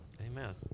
Amen